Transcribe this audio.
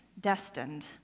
destined